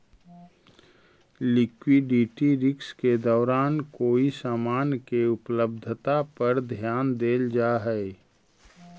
liquidity risk के दौरान कोई समान के उपलब्धता पर ध्यान देल जा हई